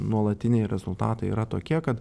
nuolatiniai rezultatai yra tokie kad